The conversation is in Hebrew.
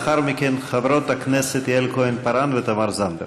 לאחר מכן, חברות הכנסת יעל כהן-פארן ותמר זנדברג.